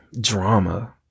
drama